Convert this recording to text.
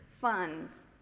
funds